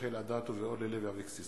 רחל אדטו ואורלי לוי אבקסיס.